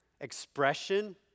expression